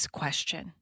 question